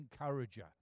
encourager